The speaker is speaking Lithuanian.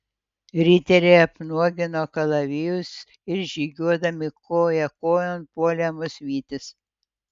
riteriai apnuogino kalavijus ir žygiuodami koja kojon puolė mus vytis